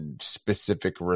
specific